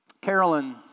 Carolyn